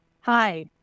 Hi